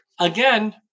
again